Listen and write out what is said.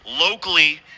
locally